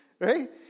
right